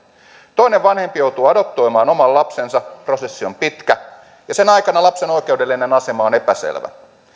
toinen vanhempi joutuu adoptoimaan oman lapsensa prosessi on pitkä ja sen aikana lapsen oikeudellinen asema on epäselvä